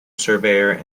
surveyor